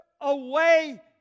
away